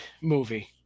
movie